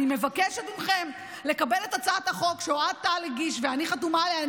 אני מבקשת מכם לקבל את הצעת החוק שאוהד טל הגיש ואני חתומה עליה.